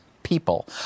people